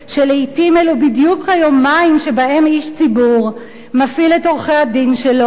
שלעתים אלו בדיוק היומיים שבהם איש ציבור מפעיל את עורכי-הדין שלו,